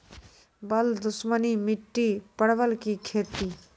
बल दुश्मनी मिट्टी परवल की खेती?